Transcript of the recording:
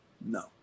no